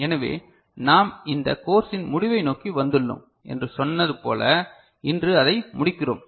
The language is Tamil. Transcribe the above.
எனவே நாம் இந்த கோர்சின் முடிவை நோக்கி வந்துள்ளோம் என்று சொன்னது போல இன்று அதை முடிக்கிறோம்